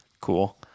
Cool